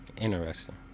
Interesting